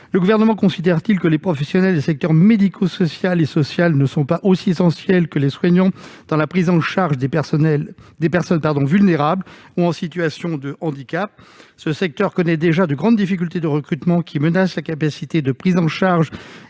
Le Gouvernement considère-t-il que les professionnels des secteurs médico-social et social ne sont pas aussi essentiels que les soignants dans la prise en charge des personnes vulnérables ou en situation de handicap ? Ce secteur connaît pourtant déjà de grandes difficultés de recrutement, qui menacent la capacité de prise en charge